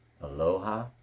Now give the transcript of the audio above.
Aloha